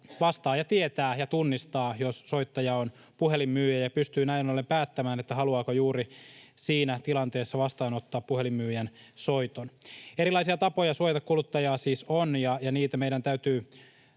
vastaaja tietää ja tunnistaa, jos soittaja on puhelinmyyjä, ja pystyy näin ollen päättämään, haluaako juuri siinä tilanteessa vastaanottaa puhelinmyyjän soiton. Erilaisia tapoja suojata kuluttajaa siis on, ja niitä meidän täytyy